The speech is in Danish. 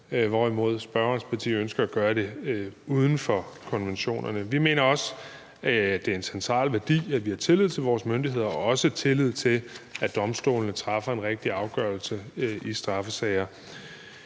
hvorimod spørgerens parti ønsker at gøre det uden for konventionerne. Vi mener også, at det er en central værdi, at vi har tillid til vores myndigheder og også tillid til, at domstolene træffer en rigtig afgørelse i straffesager.